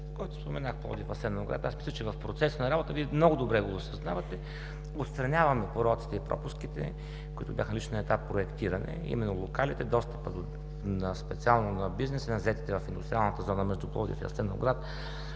който споменах: Пловдив – Асеновград. Мисля, че в процеса на работа, Вие много добре го осъзнавате, отстраняваме пороците и пропуските, които бяха още на етап проектиране – именно локалите, достъпът специално на бизнеса, на заетите в индустриалната зона между Пловдив и Асеновград,